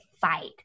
fight